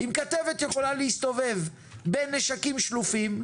אם כתבת יכולה להסתובב בין נשקים שלופים,